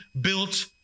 built